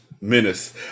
menace